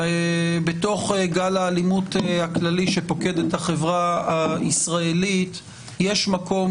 בתוך גל האלימות הכללי שפוקד את החברה הישראלית יש מקום